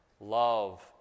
Love